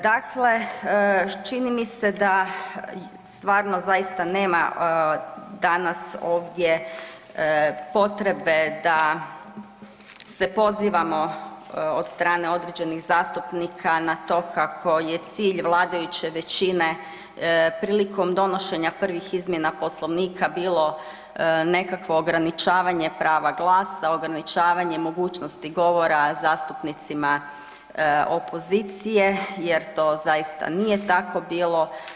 Dakle, čini mi se da stvarno zaista nema danas ovdje potrebe da se pozivamo od strane određenih zastupnika na to kako je cilj vladajuće većine prilikom donošenja prvih izmjena Poslovnika bilo nekakvo ograničavanje prava glasa, ograničavanje mogućnosti govora zastupnicima opozicije jer to zaista nije tako bilo.